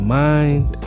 mind